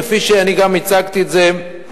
כפי שאני גם הצגתי את זה בפני,